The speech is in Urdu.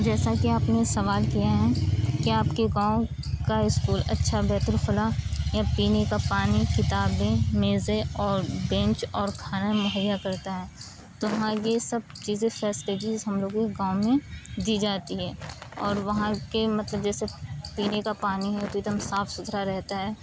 جیسا کہ آپ نے سوال کیا ہے کہ آپ کے گاؤں کا اسکول اچھا بیت الخلاء یا پینے کا پانی کتابیں میزیں اور بینچ اور کھانا مہیا کرتا ہے تو ہاں یہ سب چیزیں فیسلیٹیز ہم لوگوں کو گاؤں میں دی جاتی ہے اور وہاں کے مطلب جیسے پینے کا پانی تو ایک دم صاف ستھرا رہتا ہے